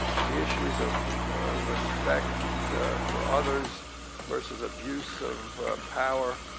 the issues of respect for others versus abuse of power,